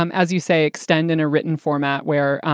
um as you say, extend in a written format where,